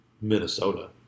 Minnesota